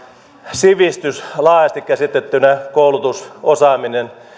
sivistys laajasti käsitettynä koulutus osaaminen